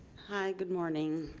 hi, good morning.